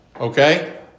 Okay